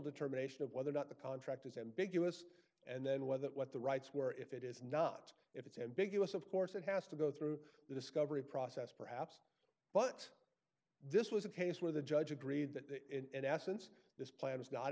determination of whether or not the contract is ambiguous and then whether what the rights were if it is not if it's ambiguous of course it has to go through the discovery process perhaps but this was a case where the judge agreed that in essence this plan is not